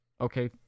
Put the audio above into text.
Okay